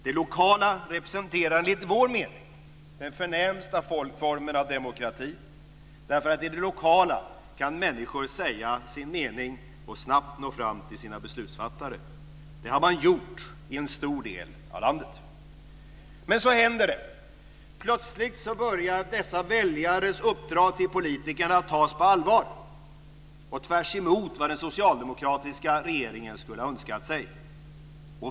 Det lokala representerar enligt vår mening den förnämsta formen av demokrati. I det lokala kan människor säga sin mening och snabbt nå fram till sina beslutsfattare. Det har man gjort i en stor del av landet. Men så händer det. Plötsligt börjar dessa väljares uppdrag till politikerna tas på allvar, och det tvärtemot vad den socialdemokratiska regeringen skulle ha önskat sig.